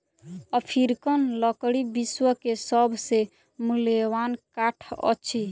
African लकड़ी विश्व के सभ से मूल्यवान काठ अछि